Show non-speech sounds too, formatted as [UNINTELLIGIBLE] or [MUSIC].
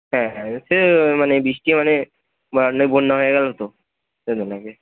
হ্যাঁ হ্যাঁ এবার সে মানে বৃষ্টি মানে [UNINTELLIGIBLE] বন্যা হয়ে গেল তো [UNINTELLIGIBLE] দিন আগে